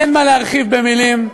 אין מה להרחיב במילים,